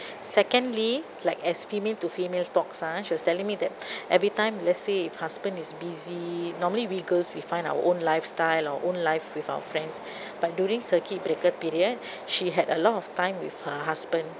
secondly like as female to female talks uh she was telling me that everytime let's say if husband is busy normally we girls we find our own lifestyle or own life with our friends but during circuit breaker period she had a lot of time with her husband